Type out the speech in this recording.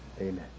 Amen